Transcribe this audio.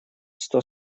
сто